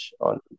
on